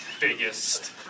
biggest